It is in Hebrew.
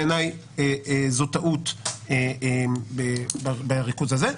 בעיניי, זו טעות בריכוז הזה.